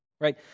Right